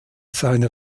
seiner